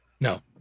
no